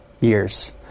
Years